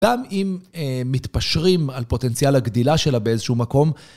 גם אם מתפשרים על פוטנציאל הגדילה שלה באיזשהו מקום.